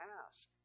ask